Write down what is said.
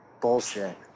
Bullshit